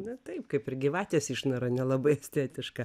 na taip kaip ir gyvatės išnara nelabai estetiška